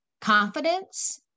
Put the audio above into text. confidence